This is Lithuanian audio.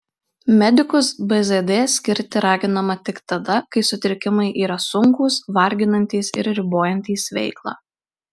medikus bzd skirti raginama tik tada kai sutrikimai yra sunkūs varginantys ir ribojantys veiklą